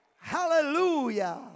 Hallelujah